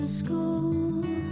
school